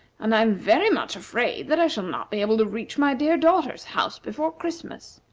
and i am very much afraid that i shall not be able to reach my dear daughter's house before christmas.